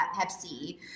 Pepsi